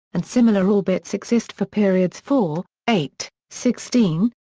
and similar orbits exist for periods four, eight, sixteen,